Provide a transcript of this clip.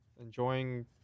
enjoying